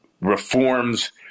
reforms